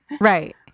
Right